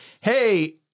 Hey